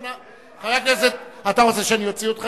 אתה רוצה שאני אוציא אותך,